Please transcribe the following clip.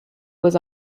was